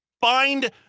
Find